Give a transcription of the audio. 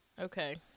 Okay